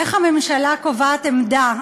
איך הממשלה קובעת עמדה,